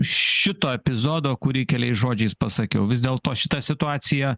šito epizodo kurį keliais žodžiais pasakiau vis dėlto šita situacija